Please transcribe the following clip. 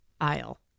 Aisle